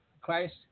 Christ